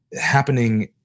happening